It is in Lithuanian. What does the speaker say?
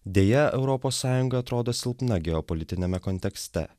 deja europos sąjunga atrodo silpna geopolitiniame kontekste